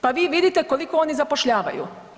Pa vi vidite koliko oni zapošljavaju.